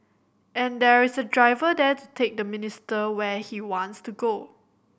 and there is a driver there to take the minister where he wants to go